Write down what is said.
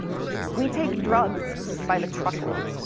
we take drugs by the truckload,